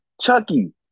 Chucky